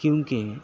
کیونکہ